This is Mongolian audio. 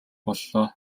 боллоо